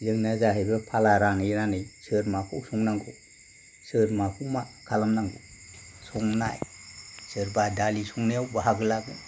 जोंना जाहैबाय फाला रानै रानै सोर माखौ संनांगौ सोर माखौ मा खालामनांगौ संनाय सोरबा दालि संनायाव बहागो लागोन